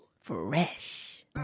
Fresh